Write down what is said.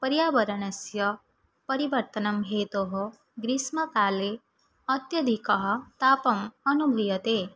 परियावरणस्य परिवर्तनं हेतोः ग्रीष्मकाले अत्यधिकः तापम् अनुभूयते